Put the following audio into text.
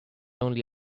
only